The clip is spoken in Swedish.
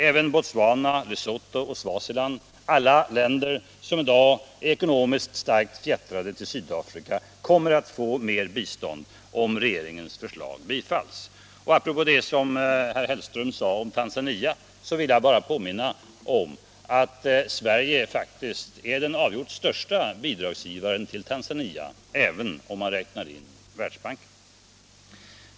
Även Botswana, Lesotho och Swaziland, alla länder som i dag är ekonomiskt starkt fjättade till Sydafrika, kommer att få mer bistånd om regeringens förslag bifalles. Och apropå vad herr Hellström sade om Tanzania vill jag bara påminna om att Sverige faktiskt är den avgjort största bidragsgivaren till Tanzania, även om man räknar in Världsbanken.